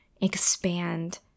expand